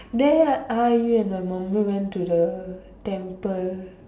then I you and your mummy went to the temple